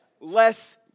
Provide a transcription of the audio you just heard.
less